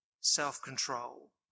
self-control